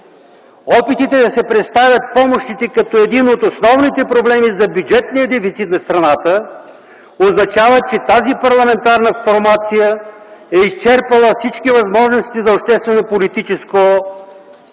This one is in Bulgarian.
Опитите да се представят помощите като един от основните проблеми за бюджетния дефицит на страната означава, че тази парламентарна формация е изчерпала всички възможности за обществено-политическо говорене